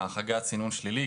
בהחרגת סינון שלילי,